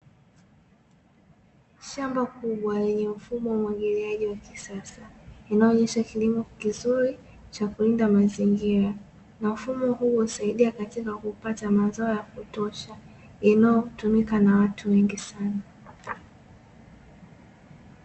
Shamba kubwa lenye mfumo wa umwagiliaji wa kisasa, linaonya kilimo kizuri cha kulinda mazingira. Unafuu huo husaidia katika kupata mazao ya kutosha yanayotumika na watu wengi sana.